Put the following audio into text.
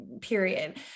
period